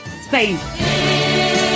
Spain